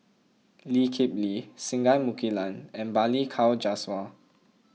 Lee Kip Lee Singai Mukilan and Balli Kaur Jaswal